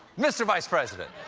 mr. vice president,